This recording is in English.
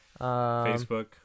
facebook